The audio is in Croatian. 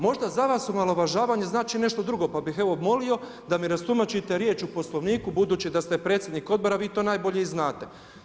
Možda za vas omalovažavanje znači nešto drugo, pa bih evo molio da mi rastumačite riječ u Poslovniku, budući da ste predsjednik odbora, vi to najbolje i znate.